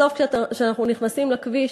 בסוף כשאנחנו נכנסים לכביש,